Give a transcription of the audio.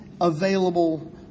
available